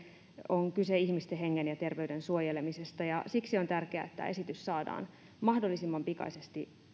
on kyse ihmisten hengen ja terveyden suojelemisesta ja siksi on tärkeää että tämä esitys saadaan mahdollisimman pikaisesti